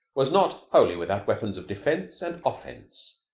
was not wholly without weapons of defense and offense.